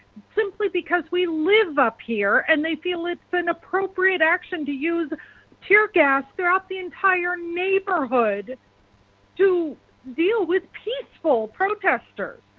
simply because we live up here, and they feel it is inappropriate action to use teargas throughout the entire neighborhood to deal with people, protesters.